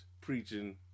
preaching